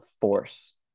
force